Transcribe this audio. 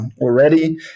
already